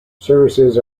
services